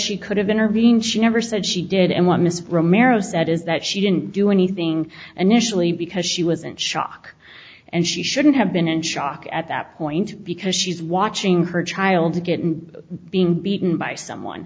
she could have intervened she never said she did and why mr romero said is that she didn't do anything and usually because she was in shock and she shouldn't have been in shock at that point because she's watching her child to get and being beaten by someone